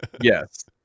Yes